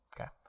Okay